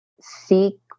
seek